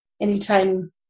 Anytime